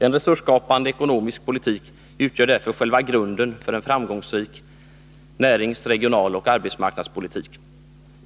En resursskapande ekonomisk politik utgör därför själva grunden för en framgångsrik närings-, regionaloch arbetsmarknadspolitik.